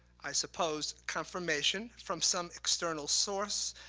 i suppose, confirmation from some external source,